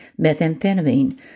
methamphetamine